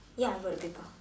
ya I got the paper